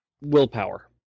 willpower